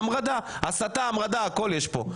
המרדה, הסתה, הכול יש כאן.